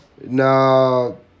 No